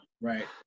Right